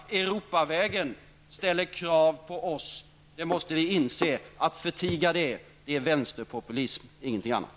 Europavägen ställer krav på oss. Det måste vi inse. Att förtiga det är vänsterpopulism och ingenting annat.